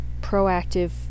proactive